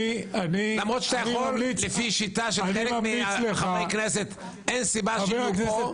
למרות שלפי השיטה של חלק מחברי הכנסת אין סיבה שהם יהיו פה,